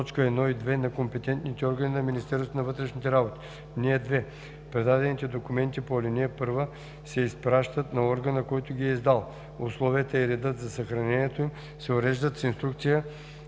на компетентните органи на Министерството на вътрешните работи. (2) Предадените документи по ал. 1 се изпращат на органа, който ги е издал. Условията и редът за съхранението им се уреждат с инструкция